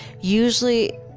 usually